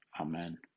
Amen